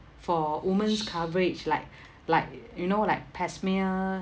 for women's coverage like like you know like pap smear